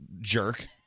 jerk